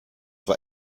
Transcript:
war